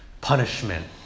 punishment